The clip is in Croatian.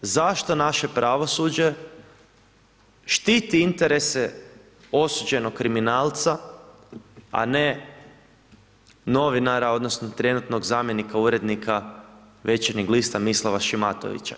Zašto naše pravosuđe štiti interese osuđenog kriminalca a ne novinara odnosno trenutnog zamjenika urednika Večernjeg lista, Mislava Šimatovića?